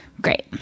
Great